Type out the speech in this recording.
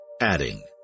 Adding